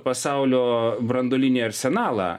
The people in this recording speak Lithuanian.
pasaulio branduolinį arsenalą